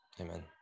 Amen